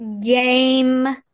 game